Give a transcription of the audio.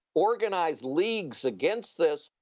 organized leagues against this,